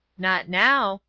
not now,